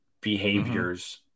behaviors